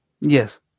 Yes